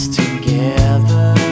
together